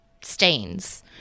stains